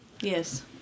Yes